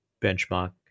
benchmark